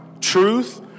truth